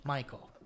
Michael